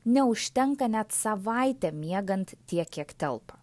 neužtenka net savaitę miegant tiek kiek telpa